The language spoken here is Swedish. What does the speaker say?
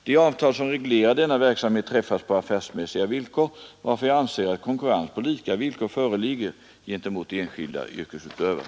De avtal som reglerar denna verksamhet träffas på affärsmässiga villkor, varför jag anser att konkurrens på lika villkor föreligger gentemot enskilda yrkesutövare.